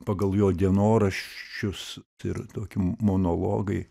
pagal jo dienoraščius ir tokį monologai